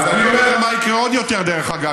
אז אני אומר מה יקרה עוד יותר, דרך אגב.